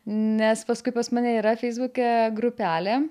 nes paskui pas mane yra feisbuke grupelė